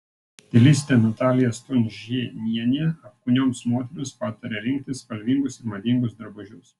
stilistė natalija stunžėnienė apkūnioms moterims pataria rinktis spalvingus ir madingus drabužius